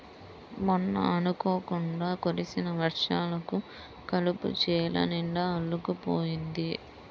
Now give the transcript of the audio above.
మొన్న అనుకోకుండా కురిసిన వర్షాలకు కలుపు చేలనిండా అల్లుకుపోయింది